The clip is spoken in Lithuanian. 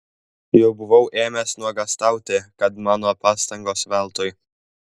jau buvau ėmęs nuogąstauti kad mano pastangos veltui